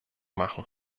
machen